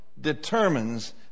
determines